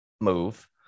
move